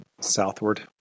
Southward